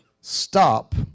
stop